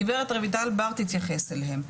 גב' רויטל בר תתייחס אליהם.